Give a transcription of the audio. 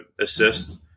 assist